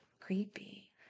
creepy